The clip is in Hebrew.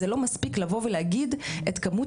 זה לא מספיק לבוא ולהגיד את כמות